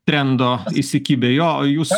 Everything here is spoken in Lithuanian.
trendo įsikibę jo jūs